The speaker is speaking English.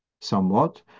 somewhat